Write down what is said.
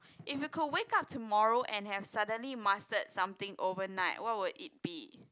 if you could wake up tomorrow and have suddenly master something overnight what would it be